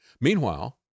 Meanwhile